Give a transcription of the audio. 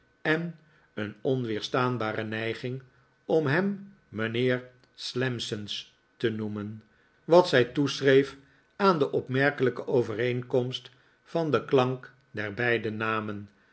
en een onweerstaanbare neiging om hem mijnheer slammons te noemen wat zij toeschreef aan de opmerkelijke overeenkomst van den klank der beide namen